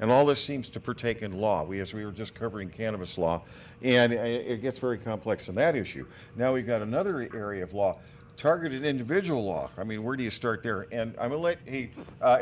and all this seems to partake in law we as we are just covering cannabis law and it gets very complex and that issue now we've got another area of law targeted individual law i mean where do you start there and i